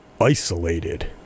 isolated